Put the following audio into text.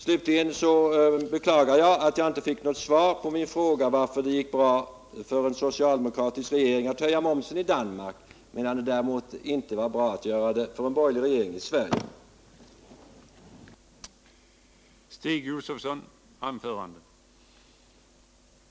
Slutligen beklagar jag att jag inte fick något svar på min fråga om varför det gick bra för en socialdemokratisk regering i Danmark att höja momsen, medan det inte är bra om en borgerlig regering i Sverige gör det.